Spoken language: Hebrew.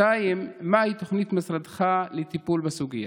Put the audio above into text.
2. מהי תוכנית משרדך לטיפול בסוגיה?